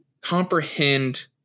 comprehend